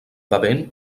bevent